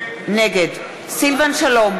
נגד סילבן שלום,